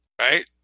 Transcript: right